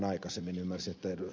ymmärsin että ed